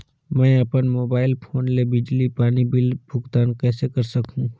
मैं अपन mobile phone ले बिजली पानी बिल भुगतान कइसे कर सकहुं?